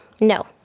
No